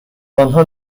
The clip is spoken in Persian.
آنها